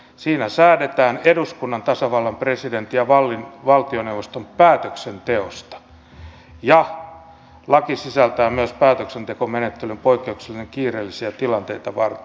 siinä säädetään eduskunnan tasavallan presidentin ja valtioneuvoston päätöksenteosta ja laki sisältää myös päätöksentekomenettelyn poikkeuksellisen kiireellisiä tilanteita varten